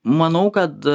manau kad